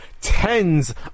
tens